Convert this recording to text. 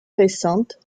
récente